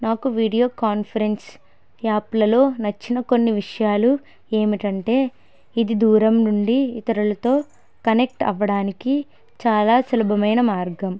నాకు video conference యాప్లలో నచ్చిన కొన్ని విషయాలు ఏమిటంటే ఇది దూరం నుండి ఇతరులతో కనెక్ట్ అవ్వడానికి చాలా సులభమైన మార్గం